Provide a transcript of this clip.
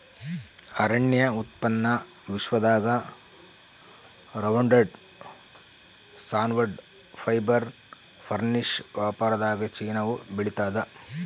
ಅರಣ್ಯ ಉತ್ಪನ್ನ ವಿಶ್ವದಾಗ ರೌಂಡ್ವುಡ್ ಸಾನ್ವುಡ್ ಫೈಬರ್ ಫರ್ನಿಶ್ ವ್ಯಾಪಾರದಾಗಚೀನಾವು ಬೆಳಿತಾದ